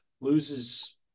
loses